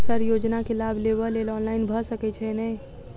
Sir योजना केँ लाभ लेबऽ लेल ऑनलाइन भऽ सकै छै नै?